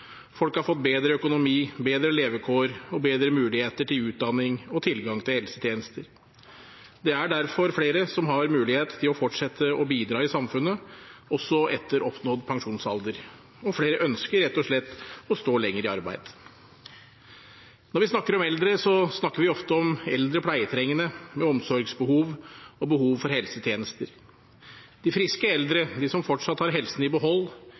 folk har fått bedre økonomi, bedre levekår, bedre muligheter til utdanning og tilgang til helsetjenester. Det er derfor flere som har mulighet til å fortsette å bidra i samfunnet, også etter oppnådd pensjonsalder – og flere ønsker rett og slett å stå lenger i arbeid. Når vi snakker om eldre, snakker vi ofte om eldre pleietrengende med omsorgsbehov og behov for helsetjenester. De friske eldre – de som fortsatt har helsen i behold